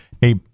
hey